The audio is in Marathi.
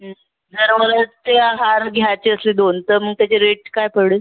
हा नवरानवरीचे हार घ्यायचे असले दोन तर मग त्याचे रेट काय पडेल